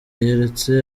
yeretse